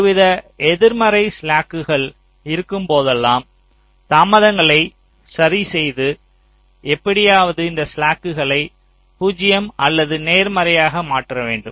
ஒருவித எதிர்மறை ஸ்லாக்குகள் இருக்கும்போதெல்லாம் தாமதங்களை சரிசெய்து எப்படியாவது இந்த ஸ்லாக்குகளை 0 அல்லது நேர்மறையாக மாற்ற வேண்டும்